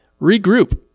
regroup